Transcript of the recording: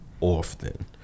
often